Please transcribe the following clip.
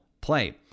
play